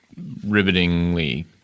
rivetingly